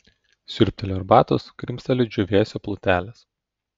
siurbteliu arbatos krimsteliu džiūvėsio plutelės